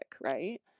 right